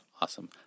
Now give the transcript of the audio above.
Awesome